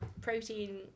Protein